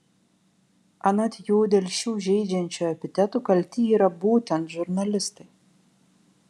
anot jų dėl šių žeidžiančių epitetų kalti yra būtent žurnalistai